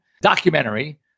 documentary